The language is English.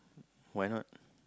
why not